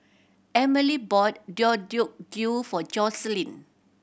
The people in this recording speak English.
Emilie bought Deodeok Gui for Jocelyn